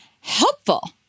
helpful